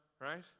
Right